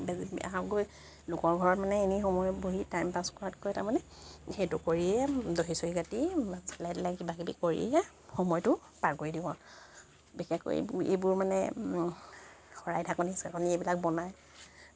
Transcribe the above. গৈ লোকৰ ঘৰত মানে এনেই সময় বহি টাইম পাছ কৰাতকৈ তাৰমানে সেইটো কৰিয়ে দহি চহি গাঠি চিলাই তিলাই কিবা কিবি কৰিয়ে সময়টো পাৰ কৰি দিওঁ আৰু বিশেষকৈ এইবোৰ এইবোৰ মানে ওম শৰাই ঢাকনি চাকনি এইবিলাক বনাই